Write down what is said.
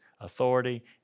authority